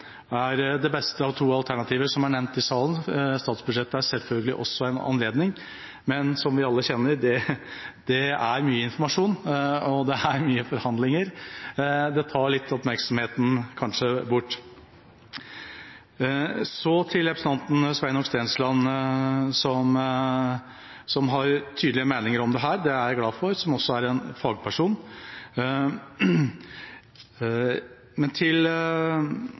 er det beste av to alternativer som er nevnt i salen. Statsbudsjettet er selvfølgelig også en anledning, men som vi alle kjenner til, det er mye informasjon, og det er mange forhandlinger. Det tar kanskje oppmerksomheten litt bort. Så til representanten Sveinung Stensland, som har tydelige meninger om dette – det er jeg glad for – som også er en fagperson,